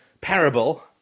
parable